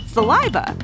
Saliva